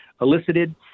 elicited